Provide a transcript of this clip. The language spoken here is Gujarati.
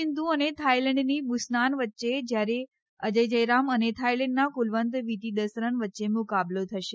સિંધુ અને થાઇલેન્ડની બુસનાન વચ્ચે જ્યારે અજય જયરામ અને થાઈલેન્ડના કુલવંત વીતીદસરન વચ્ચે મુકાબલો થશે